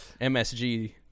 MSG